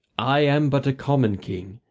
i am but a common king,